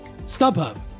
StubHub